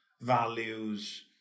values